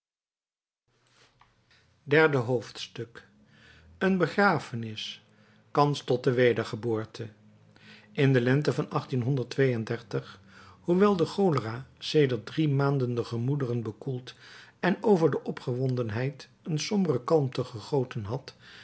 derde hoofdstuk een begrafenis kans tot wedergeboorte in de lente van hoewel de cholera sedert drie maanden de gemoederen bekoeld en over de opgewondenheid een sombere kalmte gegoten had